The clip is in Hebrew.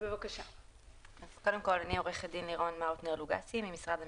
אני עורכת דין לירון מאוטנר לוגסי ממשרד המשפטים.